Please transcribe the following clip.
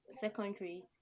secondary